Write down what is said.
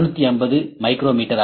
5L250 micrometre ஆகும்